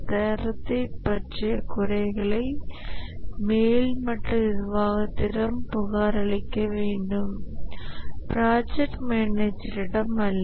தரத்தை பற்றிய குறைகளை மேல் மட்ட நிர்வாகத்திடம் புகாரளிக்க வேண்டும் ப்ராஜெக்ட் மேனேஜரிடம் அல்ல